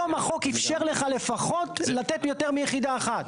היום החוק אפשר לך לפחות לתת יותר מיחידה אחת.